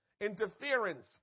Interference